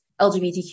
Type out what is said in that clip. LGBTQ